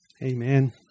Amen